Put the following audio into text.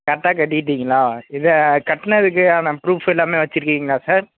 கரெக்டாக கட்டீட்டீங்களா இதை கட்டினதுக்கு ஆன ப்ரூஃப் எல்லாமே வைச்சிருக்கீங்களா சார்